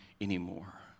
anymore